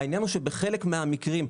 העניין הוא שבחלק מהמקרים,